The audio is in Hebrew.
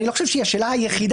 אני לא חושב שזאת השאלה היחידה.